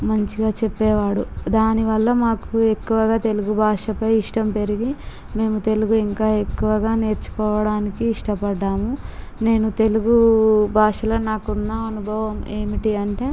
మంచిగా చెప్పేవాడు దాని వళ్ళ మాకు ఎక్కువగా తెలుగు భాషపై ఇష్టం పెరిగి మేము తెలుగు ఇంకా ఎక్కువగా నేర్చుకోవడానికి ఇష్టపడ్డాము నేను తెలుగు భాషలో నాకున్న అనుభవం ఏమిటి అంటే